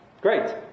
great